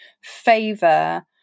favor